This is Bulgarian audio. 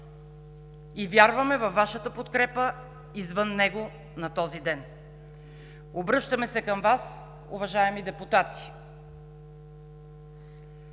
и вярваме във Вашата подкрепа извън него на този ден. Обръщаме се към Вас, уважаеми депутати!